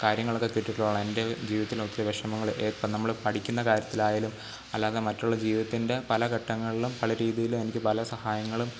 കാര്യങ്ങളൊക്കെ കിട്ടിയിട്ടുള്ളതാണ് എന്റെ ജീവിതത്തിന് ഒത്തിരി വിഷമങ്ങൾ ഇപ്പോൾ നമ്മൾ പഠിക്കുന്ന കാര്യത്തിലായാലും അല്ലാതെ മറ്റുള്ള ജീവിതത്തിന്റെ പല ഘട്ടങ്ങളിലും പല രീതിയിലും എനിക്ക് പല സഹായങ്ങളും